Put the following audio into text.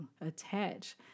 attach